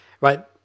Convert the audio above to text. right